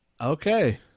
okay